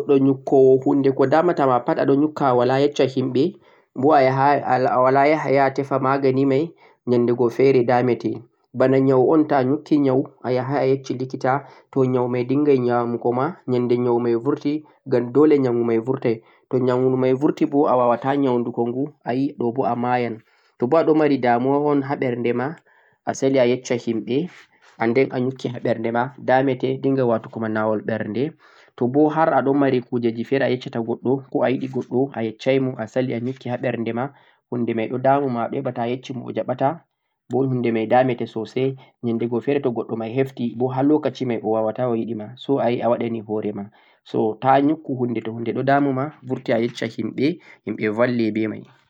to labti goɗɗo nyukko o huunde ko damata pat a ɗo nyukka a walaa yecca himɓe, bo a yahay, a walaa yaha a tefa magani may, nyadde go feere da'mete, bana nyawu un to nyukki nyawu, a yahay a yecci likita to nyawu may dinngay nyaamugo ma, nyannde nyawu may burti, ngam Doole nyawu may burtay, to nyawu may burti bo a waawaata nyawudugo ngu, ayi ɗo bo a ma'yan. To bo aɗo mari damuwa un ha ɓernde ma, a sali a yecca himɓe, annd den a nyukki ha ɓernde ma, da'mete dinnga watugo ma nyawu ɓernde, to bo har a ɗo mari kuujeeeji feere a yeccata goɗɗo, ko a yiɗi goɗɗo a yeccay mo, a sali a nyukki ha ɓernde ma huunde may ɗo damama, to a yecci mo o jaɓata, bo huunde may da'mete soosay, nyannde go feere to goɗɗo may hefti bo ha lokaci may o waawaata o yiɗi ma, so a yi a wɗani hoore ma, so ta nykku huunde to huunde ɗo damima, burtu a yecca himɓe, himɓe balle be may.